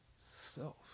self